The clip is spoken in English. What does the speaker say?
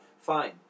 Fine